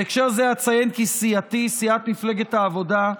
בהקשר זה אציין כי סיעתי, סיעת מפלגת העבודה,